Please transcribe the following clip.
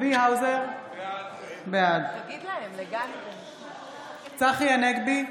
צבי האוזר, בעד צחי הנגבי,